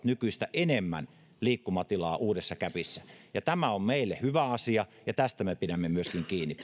nykyistä enemmän liikkumatilaa uudessa capissa tämä on meille hyvä asia ja tästä me pidämme myöskin kiinni